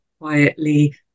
quietly